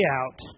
out